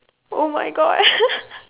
oh my god